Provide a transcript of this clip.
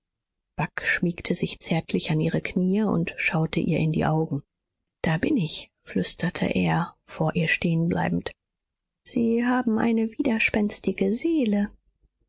bagh schmiegte sich zärtlich an ihre kniee und schaute ihr in die augen da bin ich flüsterte er vor ihr stehenbleibend sie haben eine widerspänstige seele